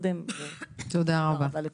תודה רבה.